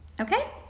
Okay